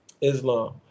Islam